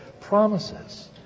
promises